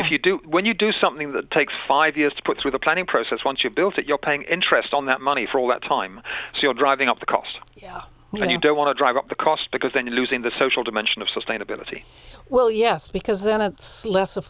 if you do when you do something that takes five years to put through the planning process once you've built it you're paying interest on that money for all that time so you're driving up the cost yeah and you don't want to drive up the cost because then you lose in the social dimension of sustainability well yes because then a less